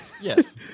Yes